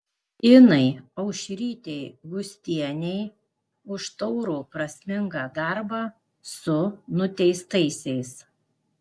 inai aušrytei gustienei už taurų prasmingą darbą su nuteistaisiais